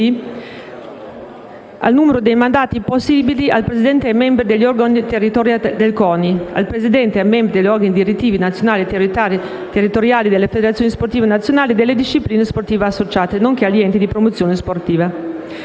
al numero dei mandati possibili al presidente e ai membri degli organi territoriali del CONI, al presidente e ai membri degli organi direttivi, nazionali e territoriali, delle federazioni sportive nazionali e delle discipline sportive associate, nonché agli enti di promozione sportiva;